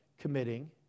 committing